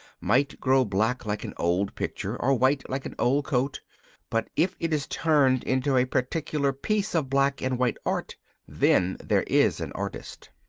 might grow black like an old picture, or white like an old coat but if it is turned into a particular piece of black and white art then there is an artist.